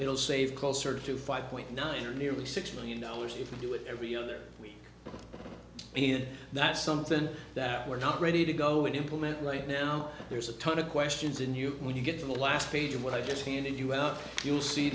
will save closer to five point nine or nearly six million dollars if we do it every other week i mean that's something that we're not ready to go and implement right now there's a ton of questions in you when you get to the last page of what i just handed you out you'll see